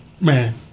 man